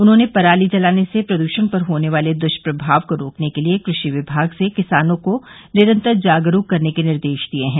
उन्होंने पराली जलाने से प्रदूषण पर होने वाले दृष्प्रभाव को रोकने के लिये कृषि विमाग से किसानों को निरन्तर जागरूक करने के निर्देश दिये हैं